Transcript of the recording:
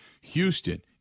Houston